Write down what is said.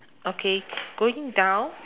okay going down